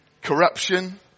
Corruption